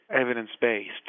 evidence-based